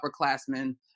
upperclassmen